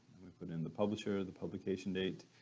we put in the publisher, the publication date,